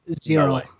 zero